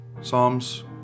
Psalms